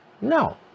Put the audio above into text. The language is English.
No